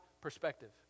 perspective